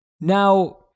Now